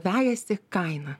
vejasi kainą